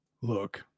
look